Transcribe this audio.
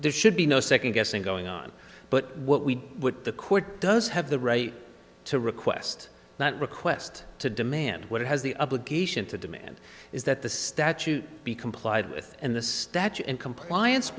there should be no second guessing going on but what we what the court does have the right to request that request to demand what it has the obligation to demand is that the statute be complied with and the statute in compliance